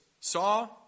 saw